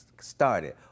started